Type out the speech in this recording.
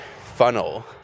funnel